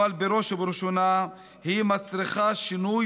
אבל בראש ובראשונה היא מצריכה שינוי